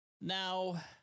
Now